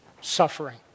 suffering